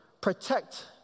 protect